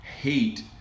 hate